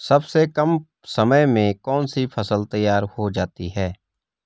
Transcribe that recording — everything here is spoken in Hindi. सबसे कम समय में कौन सी फसल तैयार हो जाती है?